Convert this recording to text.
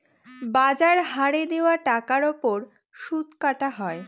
বাজার হারে দেওয়া টাকার ওপর সুদ কাটা হয়